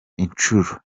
inshuro